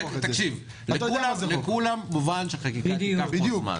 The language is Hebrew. לכולם מובן שחקיקה תיקח זמן.